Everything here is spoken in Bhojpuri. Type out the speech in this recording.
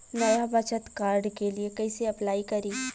नया बचत कार्ड के लिए कइसे अपलाई करी?